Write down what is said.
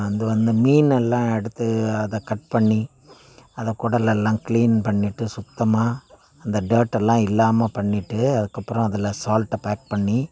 அது வந்து மீன்னெல்லாம் எடுத்து அதை கட் பண்ணி அதை குடலெல்லாம் க்ளீன் பண்ணிவிட்டு சுத்தமாக அந்த டேர்ட்டெல்லாம் இல்லாமல் பண்ணிகிட்டு அதுக்கப்புறம் அதில் சால்ட்டை பேக் பண்ணி